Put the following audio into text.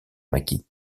maquis